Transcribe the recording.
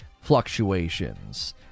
fluctuations